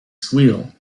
squeal